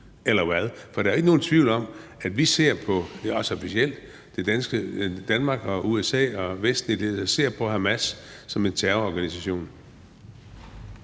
eller hvad? For der er ikke nogen tvivl om, at vi officielt – Danmark, USA og Vesten – ser på Hamas som en terrororganisation.